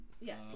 Yes